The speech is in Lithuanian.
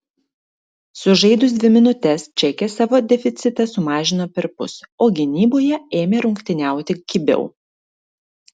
sužaidus dvi minutes čekės savo deficitą sumažino perpus o gynyboje ėmė rungtyniauti kibiau